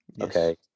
Okay